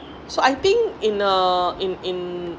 so I think in a in in